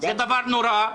זה דבר נורא.